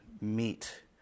meet